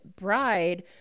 bride